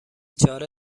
چاره